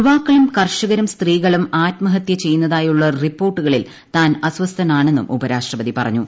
യുവാക്കളും കർഷകരും സ്ത്രീകളും ആത്മഹത്യ ചെയ്യുന്നതായുളള റിപ്പോർട്ടുകളിൽ താൻ അസ്വാസ്ഥനാണെന്നും ഉപരാഷ്ട്രപതി പറഞ്ഞു